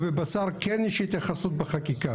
אבל בדגים ובבשר כן יש התייחסות בחקיקה,